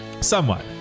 Somewhat